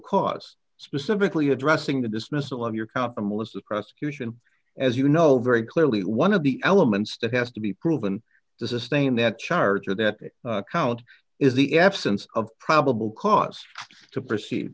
cause specifically addressing the dismissal of your count them all as the prosecution as you know very clearly one of the elements that has to be proven to sustain that charge or that count is the absence of probable cause to proceed